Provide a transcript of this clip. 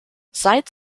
seit